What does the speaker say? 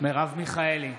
מרב מיכאלי,